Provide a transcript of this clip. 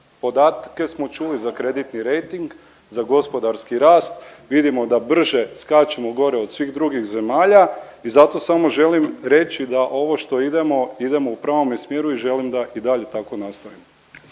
Podatke smo čuli za kreditni rejting, za gospodarski rast, vidimo da brže skačemo gore od svih drugih zemalja i zato samo želim reći da ovo što idemo, idemo u pravome smjeru i želim da i dalje tako nastavimo.